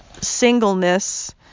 singleness